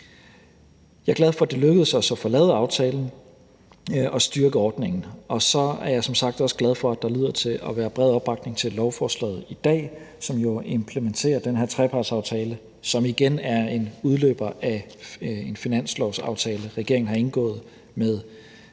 Jeg er glad for, at det lykkedes os at få lavet aftalen og styrke ordningen, og jeg er som sagt også glad for, at der i dag lyder til at være en bred opbakning til lovforslaget, som jo implementerer den her trepartsaftale, som igen er en udløber af en finanslovsaftale, som regeringen har indgået med